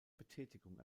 betätigung